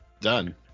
Done